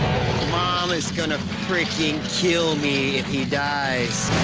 mom is going to freaking kill me if he dies.